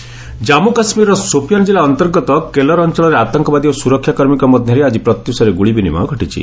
gun fight Jammu କାଶ୍ମୀରର ସୋପିଆନ୍ ଜିଲ୍ଲା ଅନ୍ତର୍ଗତ କେଲର ଅଞ୍ଚଳରେ ଆତଙ୍କବାଦୀ ଓ ସୁରକ୍ଷାକର୍ମୀଙ୍କ ମଧ୍ୟରେ ଆଜି ପ୍ରତ୍ୟୁଷରେ ଗୁଳି ବିନିମୟ ଘଟିଛି